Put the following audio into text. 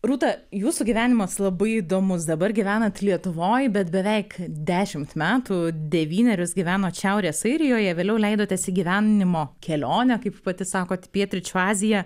rūta jūsų gyvenimas labai įdomus dabar gyvenat lietuvoj bet beveik dešimt metų devynerius gyvenot šiaurės airijoje vėliau leidotės į gyvenimo kelionę kaip pati sakot į pietryčių aziją